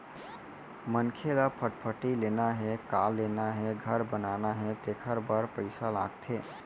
मनखे ल फटफटी लेना हे, कार लेना हे, घर बनाना हे तेखर बर पइसा लागथे